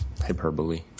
hyperbole